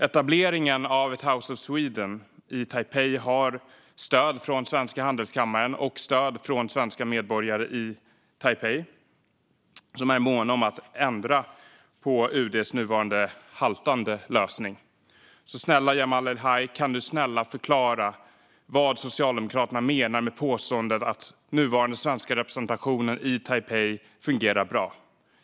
Etableringen av ett House of Sweden i Taipei har stöd från Sveriges Handelskamrar och stöd från svenska medborgare i Taipei, som är måna om att ändra på UD:s nuvarande haltande lösning. Snälla Jamal El-Haj, kan du förklara vad Socialdemokraterna menar med påståendet att nuvarande svenska representationen i Taipei fungerar bra?